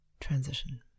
transition